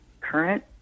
current